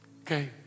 Okay